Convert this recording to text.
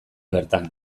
bertan